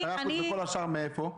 10%, וכל השאר מאיפה?